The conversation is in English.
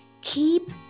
keep